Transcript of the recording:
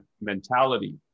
mentality